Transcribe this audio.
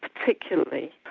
particularly,